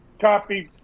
Copy